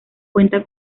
cuenta